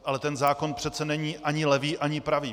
Ale zákon přece není ani levý ani pravý.